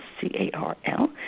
C-A-R-L